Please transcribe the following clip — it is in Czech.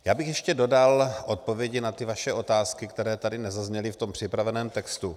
Já bych ještě dodal odpovědi na ty vaše otázky, které tady nezazněly v tom připraveném textu.